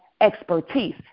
expertise